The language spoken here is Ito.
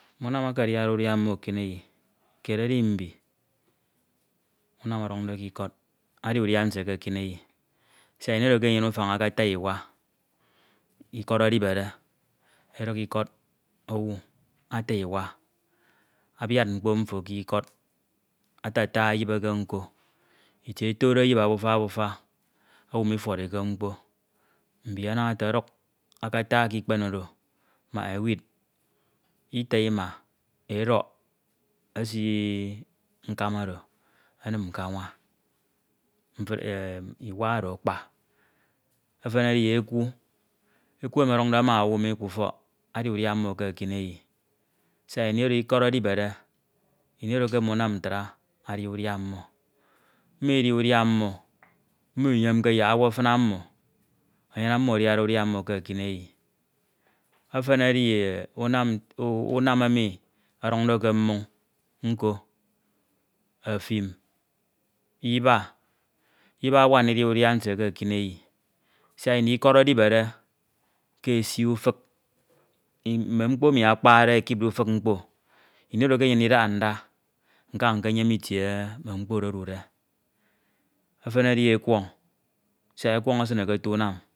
Mme unam eke adiade udia mmo ekineyi, kied edi mbi, unam eke ọduñde k’ikẹd adia udia nsie ekineyi siak ini oro ke enyene utem̄ akata iwa k’ikọ d edibede eduk lkọd owu ata iwa, abiad mkpo mfo k’ikọd atata, eyi eke nko, itie etode eyip abuf abuta owu mifuọrike mkpo, mbi ama ete ọduk akata k’lkpen oro mak ewid, ita ima, edọk esi nkam oro enim k’anwa, em iwa oro akpa. Efen edi eku, eku emi ọduñde ma owu mi k’ufọk adia udia mmo ke ekíneyi siak lni oro ke mm’unam ntra adia udiammo, mmo ldia mmo, mmo Inyemke yak owu afina mmo eyenam mmo adiade udia mmo ke ekineyi. Efe edi unan n, unam emi ọduñde ke mmoñ nko, efin Iba, Ibak awak ndidia udia nsie ke ekineyi siak lni lkọd edibede ke esi ufik, mme mkpo emi akpa de ekipde ufik mkpo, lni oro ke eyem ndidahada nka nyem itie mme mkpo oro odude. Efen edi ekwọñ siak ekwọñ esine ke otie enam.